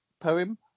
poem